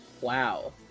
Wow